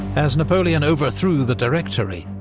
as napoleon overthrew the directory,